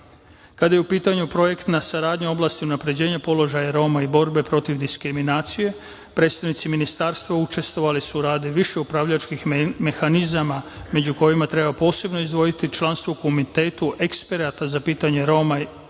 je u pitanju projektna saradnja u oblasti unapređenja položaja Roma i borbe protiv diskriminacije, predstavnici ministarstva učestvovali su radu više upravljačkih mehanizama, među kojima treba posebno izdvojiti članstvo u Komitetu eksperata za pitanje Roma i putnika, zatim,